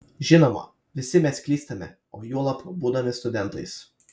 žinoma visi mes klystame o juolab būdami studentais